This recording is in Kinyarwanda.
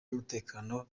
y’umutekano